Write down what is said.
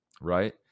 right